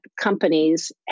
companies